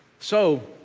so,